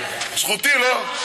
זכותי, לא?